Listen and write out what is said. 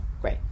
great